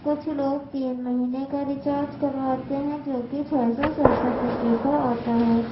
کچھ لوگ تین مہینے کا ریچارج کرواتے ہیں جو کہ چھ سو سڑسٹھ روپیے کا آتا ہے